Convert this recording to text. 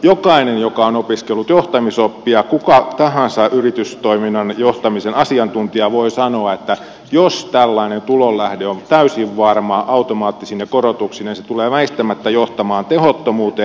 jokainen joka on opiskellut johtamisoppia kuka tahansa yritystoiminnan johtamisen asiantuntija voi sanoa että jos tällainen tulonlähde on täysin varma automaattisine korotuksineen se tulee väistämättä johtamaan tehottomuuteen